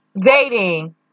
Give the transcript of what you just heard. dating